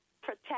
protect